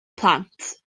plant